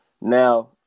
Now